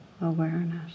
Awareness